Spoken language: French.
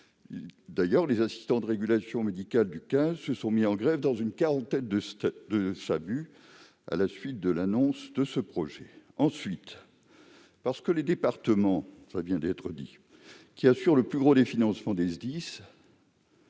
D'ailleurs, les assistants de régulation médicale du 15 se sont mis en grève dans une quarantaine de SAMU à la suite de l'annonce de ce projet. Ensuite, les départements, qui assurent la plus grande part du financement des SDIS,